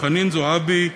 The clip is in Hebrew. חנין זועבי,